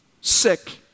sick